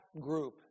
group